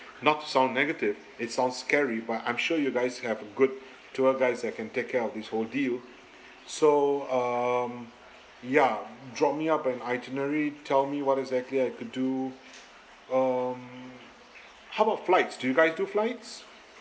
not to sound negative it sounds scary but I'm sure you guys have a good tour guides that can take care of this ordeal so um ya draw me up an itinerary tell me what exactly I could do um how about flights do you guys do flights